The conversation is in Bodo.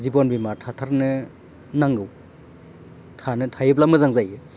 जिबन बिमा थाथारनो नांगौ थानो थायोब्ला मोजां जायो